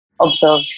observe